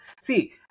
see